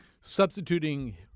substituting